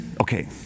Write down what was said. okay